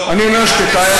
לא, אל תסלף את הנתונים.